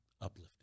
uplifting